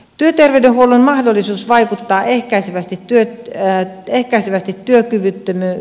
työterveydenhuollon mahdollisuus vaikuttaa ehkäisevästi työtään eikä syvästi työkyvyttömien